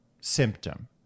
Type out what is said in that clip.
symptom